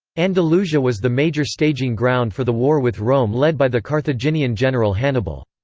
andalusia was the major staging ground for the war with rome led by the carthaginian general hannibal.